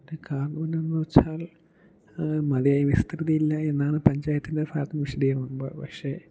കാരണമെന്നാണെന്നു വച്ചാൽ മതിയായ വിസ്തൃതിയില്ല എന്നാണ് പഞ്ചായത്തിൻ്റെ പ്രാഥമിക വിശദീകരണം പക്ഷെ